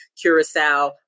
Curacao